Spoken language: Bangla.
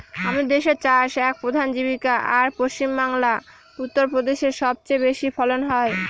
আমাদের দেশের চাষ এক প্রধান জীবিকা, আর পশ্চিমবাংলা, উত্তর প্রদেশে সব চেয়ে বেশি ফলন হয়